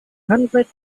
hundred